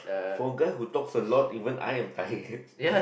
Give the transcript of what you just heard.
for guy who talks a lot even I am tired